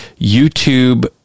YouTube